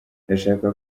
ndashaka